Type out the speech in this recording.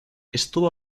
estuvo